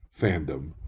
fandom